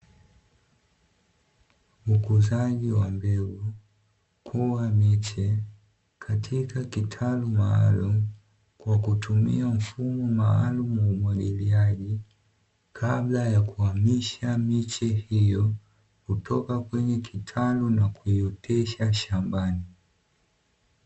Ukuzaji wa mbegu kuwa miche katika kitalu maalumu, kwa kutumia mfumo maalumu wa umwagiliaji kabla ya kuhamisha miche hiyo kutoka kwenye kitalu na kuiotesha shambani.